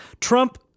Trump